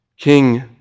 King